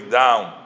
down